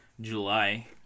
July